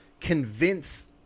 convince